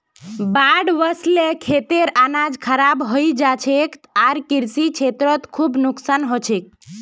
बाढ़ वस ल खेतेर अनाज खराब हई जा छेक आर कृषि क्षेत्रत खूब नुकसान ह छेक